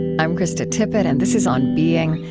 i'm krista tippett, and this is on being.